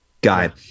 guy